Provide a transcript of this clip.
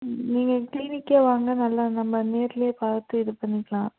நீங்கள் கிளீனுக்கே வாங்க நல்லா நம்ப நேரில் பார்த்து இது பண்ணிக்கலாம்